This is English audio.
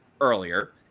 earlier